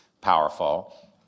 powerful